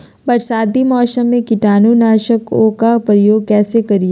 बरसाती मौसम में कीटाणु नाशक ओं का प्रयोग कैसे करिये?